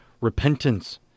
repentance